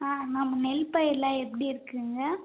ஆ ma'am நெல் பயிரெலாம் எப்படி இருக்குதுங்க